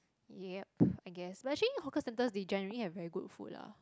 yep I guess but actually hawker center they generally have very good food lah